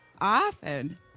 often